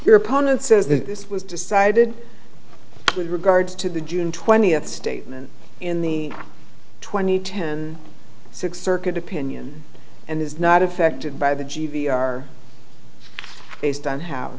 your opponent says that this was decided with regards to the june twentieth statement in the twenty ten six circuit opinion and is not affected by the g v are based on ho